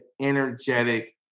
energetic